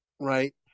right